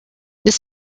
this